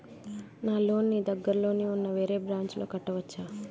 నా లోన్ నీ దగ్గర్లోని ఉన్న వేరే బ్రాంచ్ లో కట్టవచా?